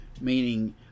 Meaning